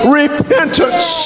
repentance